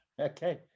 okay